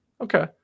Okay